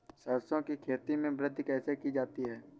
सरसो की खेती में वृद्धि कैसे की जाती है?